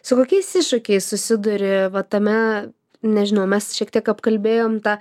su kokiais iššūkiais susiduria va tame nežinau mes šiek tiek apkalbėjom tą